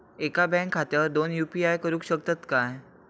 एका बँक खात्यावर दोन यू.पी.आय करुक शकतय काय?